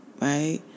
right